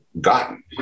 gotten